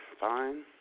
fine